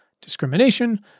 Discrimination